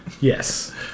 Yes